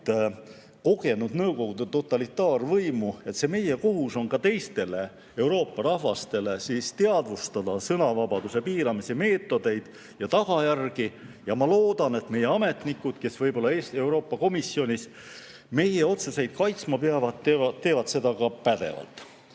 kogenud Nõukogude totalitaarvõimu, oleme kohustatud ka teistele Euroopa rahvastele teadvustama sõnavabaduse piiramise meetodeid ja tagajärgi. Ma loodan, et meie ametnikud, kes võib-olla Euroopa Komisjonis meie otsuseid kaitsma peavad, teevad seda ka pädevalt.